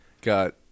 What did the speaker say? Got